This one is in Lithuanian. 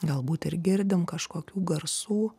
galbūt ir girdim kažkokių garsų